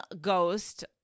ghost